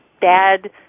bad